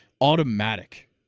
automatic